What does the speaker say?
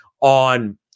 on